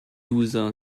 user